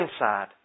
inside